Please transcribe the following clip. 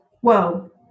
Whoa